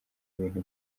ibintu